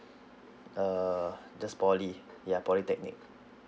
err just polytechnic ya polytechnic